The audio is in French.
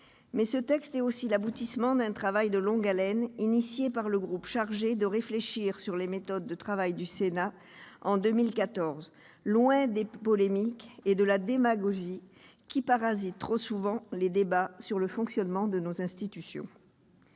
alors qu'il est aussi l'aboutissement d'un travail de longue haleine, engagé par le groupe chargé de réfléchir sur les méthodes de travail du Sénat en 2014, loin des polémiques et de la démagogie qui parasitent trop souvent les débats sur le fonctionnement de nos institutions.